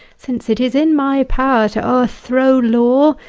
since it is in my power to o'erthrow law,